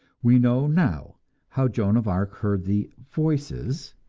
we know now how joan of arc heard the voices,